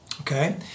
Okay